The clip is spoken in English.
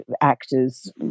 actors